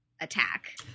attack